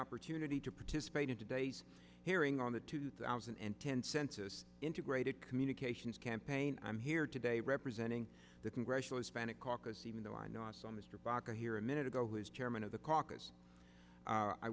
opportunity to participate in today's hearing on the two thousand and ten census integrated communications campaign i'm here today representing the congressional hispanic caucus even though i know i saw mr baka here a minute ago who is chairman of the